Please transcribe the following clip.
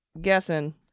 guessing